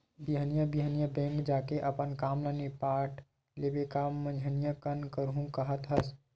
बिहनिया बिहनिया बेंक जाके अपन काम ल निपाट लेबे काबर मंझनिया कन करहूँ काहत हस